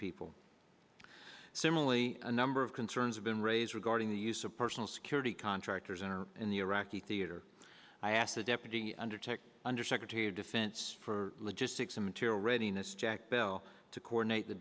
people similarly a number of concerns have been raised regarding the use of personal security contractors and in the iraqi theater i asked the deputy undertake undersecretary of defense for logistics and material readiness jack bell to coordinate the